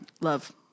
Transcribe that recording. Love